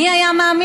מי היה מאמין.